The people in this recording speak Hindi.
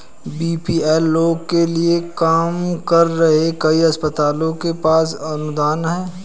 बी.पी.एल लोगों के लिए काम कर रहे कई अस्पतालों के पास अनुदान हैं